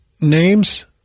names